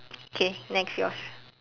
okay next yours